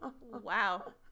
wow